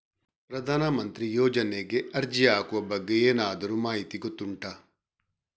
ಪ್ರಧಾನ ಮಂತ್ರಿ ಯೋಜನೆಗೆ ಅರ್ಜಿ ಹಾಕುವ ಬಗ್ಗೆ ಏನಾದರೂ ಮಾಹಿತಿ ಗೊತ್ತುಂಟ?